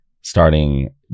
starting